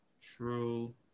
True